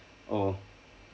oh